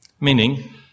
meaning